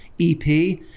EP